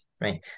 right